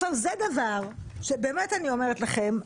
זה דבר שאני אומרת לכם,